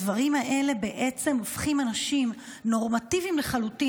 הדברים האלה הופכים אנשים נורמטיביים לחלוטין,